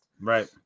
Right